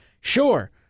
Sure